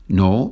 no